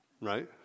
Right